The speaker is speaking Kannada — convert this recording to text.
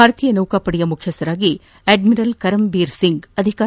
ಭಾರತೀಯ ನೌಕಾಪಡೆಯ ಮುಖ್ಯಸ್ದರಾಗಿ ಅಡ್ಮಿರಲ್ ಕರಂಬೀರ್ ಸಿಂಗ್ ಅಧಿಕಾರ